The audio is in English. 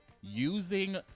Using